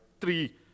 three